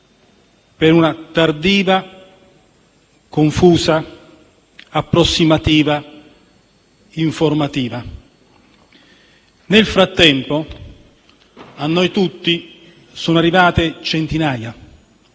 avere una tardiva, confusa e approssimativa informativa. Nel frattempo, a noi tutti sono arrivate centinaia,